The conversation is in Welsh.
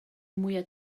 mwyaf